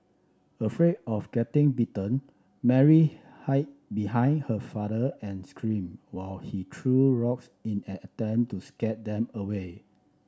afraid of getting bitten Mary hide behind her father and screamed while he threw rocks in an attempt to scare them away